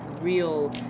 real